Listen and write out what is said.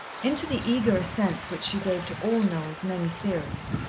into the eager assents which she gave to all noel's many theories,